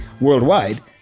worldwide